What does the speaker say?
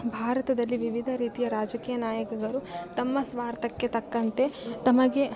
ಭಾರತದಲ್ಲಿ ವಿವಿಧ ರೀತಿಯ ರಾಜಕೀಯ ನಾಯಕಗಳು ತಮ್ಮ ಸ್ವಾರ್ಥಕ್ಕೆ ತಕ್ಕಂತೆ ತಮಗೆ